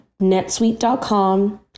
netsuite.com